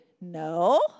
no